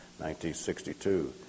1962